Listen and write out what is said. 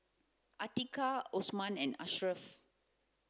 Atiqah Osman and Ashraff